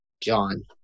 John